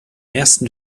ersten